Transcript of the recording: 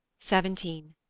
seventeen.